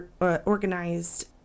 organized